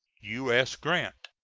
u s. grant.